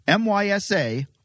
MYSA